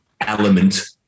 element